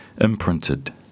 imprinted